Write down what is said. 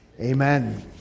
Amen